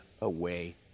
away